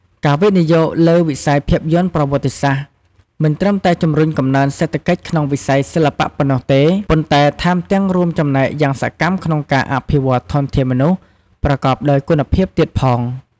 ការវិនិយោគលើវិស័យភាពយន្តប្រវត្តិសាស្ត្រ មិនត្រឹមតែជម្រុញកំណើនសេដ្ឋកិច្ចក្នុងវិស័យសិល្បៈប៉ុណ្ណោះទេ ប៉ុន្តែថែមទាំងរួមចំណែកយ៉ាងសកម្មក្នុងការអភិវឌ្ឍធនធានមនុស្សប្រកបដោយគុណភាពទៀតផង។